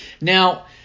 Now